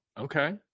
okay